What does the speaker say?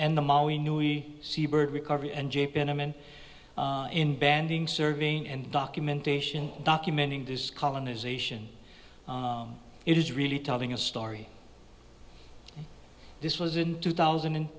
and the model we knew we see bird recovery and jay penniman in banding serving and documentation documenting this colonization it is really telling a story this was in two thousand and